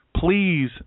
please